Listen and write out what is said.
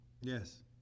Yes